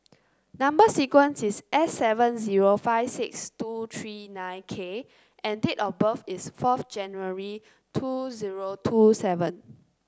number sequence is S seven zero five six two three nine K and date of birth is fourth January two zero two seven